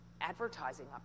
advertising